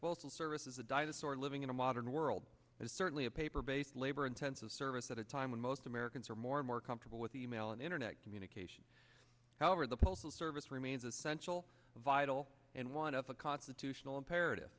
a service is a dinosaur living in a modern world and certainly a paper based labor intensive service at a time when most americans are more and more comfortable with e mail and internet communications however the postal service remains essential vital and one of the constitutional imperative